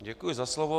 Děkuji za slovo.